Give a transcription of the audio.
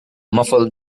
muffled